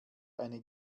eine